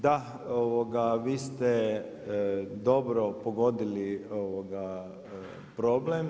Da, vi ste dobro pogodili problem.